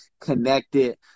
connected